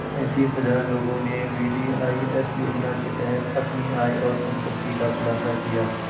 पेंतीस हजार लोगों ने वी.डी.आई.एस योजना के तहत अपनी आय और संपत्ति का खुलासा किया